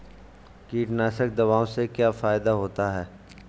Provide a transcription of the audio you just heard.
कीटनाशक दवाओं से क्या फायदा होता है?